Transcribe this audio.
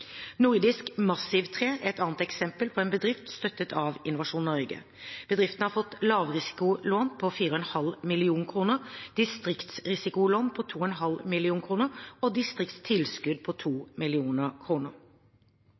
er et annet eksempel på en bedrift støttet av Innovasjon Norge. Bedriften har fått lavrisikolån på 4,5 mill. kr, distriktsrisikolån på 2,5 mill. kr og distriktstilskudd på